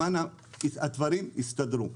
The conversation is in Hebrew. הדברים הסתדרו,